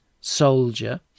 soldier